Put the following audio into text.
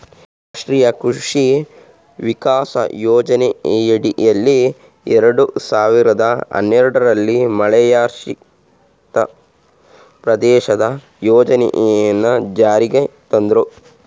ರಾಷ್ಟ್ರೀಯ ಕೃಷಿ ವಿಕಾಸ ಯೋಜನೆಯಡಿಯಲ್ಲಿ ಎರಡ್ ಸಾವಿರ್ದ ಹನ್ನೆರಡಲ್ಲಿ ಮಳೆಯಾಶ್ರಿತ ಪ್ರದೇಶದ ಯೋಜನೆನ ಜಾರಿಗ್ ತಂದ್ರು